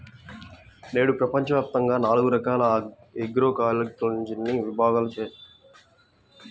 నేడు ప్రపంచవ్యాప్తంగా నాలుగు రకాల ఆగ్రోఇకాలజీని విభాగాలను గుర్తించారు